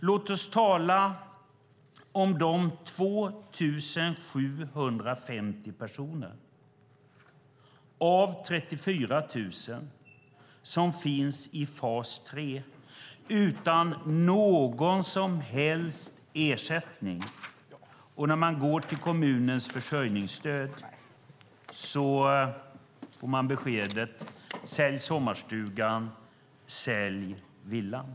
Låt oss tala om de 2 750 personer av 34 000 som finns i fas 3 utan någon som helst ersättning. När de går till kommunen för att få försörjningsstöd får de beskedet: Sälj sommarstugan! Sälj villan!